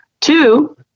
Two